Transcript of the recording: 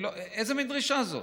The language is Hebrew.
איזה מין דרישה זאת?